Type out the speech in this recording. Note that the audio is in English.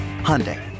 Hyundai